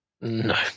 No